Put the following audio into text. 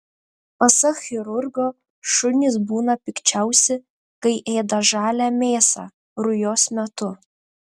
pasak chirurgo šunys būna pikčiausi kai ėda žalią mėsą rujos metu